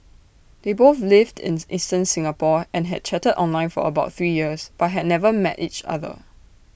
they both lived in eastern Singapore and had chatted online for about three years but had never met each other